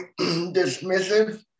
dismissive